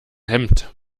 hemd